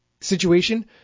situation